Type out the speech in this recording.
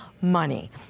money